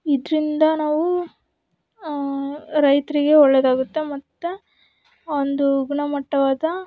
ಇದರಿಂದ ನಾವು ರೈತರಿಗೆ ಒಳ್ಳೆಯದಾಗುತ್ತೆ ಮತ್ತು ಒಂದು ಗುಣಮಟ್ಟವಾದ